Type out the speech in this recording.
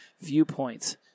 viewpoints